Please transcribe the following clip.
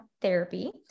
therapy